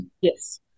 Yes